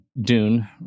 dune